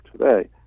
today